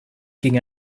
ging